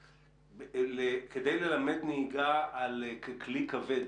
כדי ללמד נהיגה על כלי כבד,